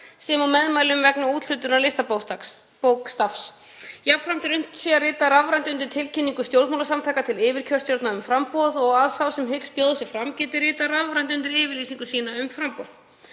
sem og meðmælum vegna úthlutunar listabókstafs. Jafnframt að unnt sé að rita rafrænt undir tilkynningu stjórnmálasamtaka til yfirkjörstjórna um framboð og að sá sem hyggst bjóða sig fram geti ritað rafrænt undir yfirlýsingu sína um framboð.